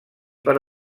per